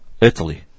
Italy